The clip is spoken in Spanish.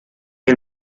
que